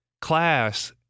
class